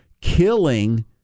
killing